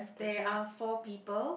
there are four people